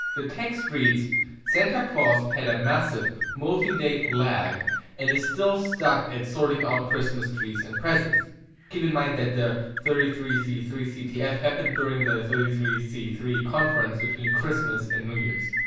the text reads santa claus had a massice, multi-day lag and is still stuck at sorting out christmas trees and presents keep in mind that the three three c three c t f happened during the three three c three conference between christmas and new-years.